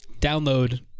download